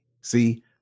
See